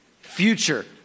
Future